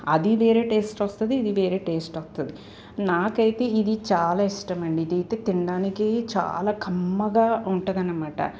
అది వేరే టేస్ట్ వస్తుంది ఇది వేరే టేస్ట్ వత్తది నాకైతే ఇది చాలా ఇష్టమండి ఇదైతే తినడానికి చాలా కమ్మగా ఉంటదనమాట